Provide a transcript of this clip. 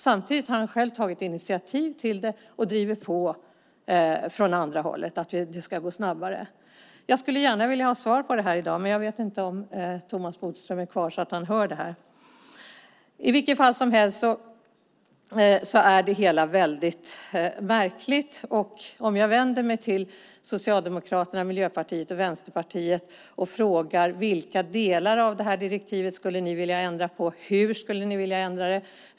Samtidigt har han själv tagit initiativ till det och drivit på från andra hållet för att det ska gå snabbare. Jag skulle gärna vilja ha svar på det i dag. Men jag vet inte om Thomas Bodström är kvar i kammaren så att han hör det här. I vilket fall som helst är det hela väldigt märkligt. Om jag vänder mig till Socialdemokraterna, Miljöpartiet och Vänsterpartiet och frågar: Vilka delar av direktivet skulle ni vilja ändra på, och hur skulle ni vilja ändra det?